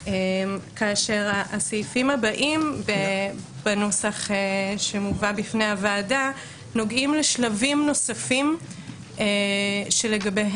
הסעיפים הבאים בנוסח שמובא בפני הוועדה נוגעים לשלבים נוספים שלגביהם